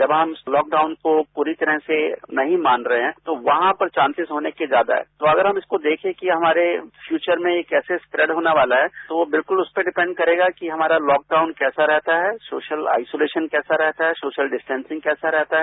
जब हम उस लॉकडाउन को पूरी तरह से नहीं मान रहे हैं तो वहां पर चांसेज होने के ज्यादा हैं तो अगर हम इसको देखें कि हमारे फ्यूचर में कैसे स्प्रैड होने वाला है तों वो बिलक्ल उसपे डिपेंड करेगा कि हमारा लॉकडाउन कैसा रहता है सोशल आइसोलेशन कैसा रहता है सोशल डिसडेंसिंग कैसा रहता है